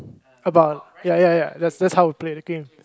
about ya ya ya that's that's how we play the game